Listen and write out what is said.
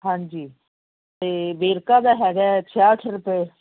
ਹਾਂਜੀ ਤੇ ਵੇਰਕਾ ਦਾ ਹੈਗਾ ਛਿਆਟ ਰੁਪਏ